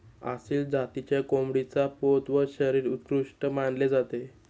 आसिल जातीच्या कोंबडीचा पोत व शरीर उत्कृष्ट मानले जाते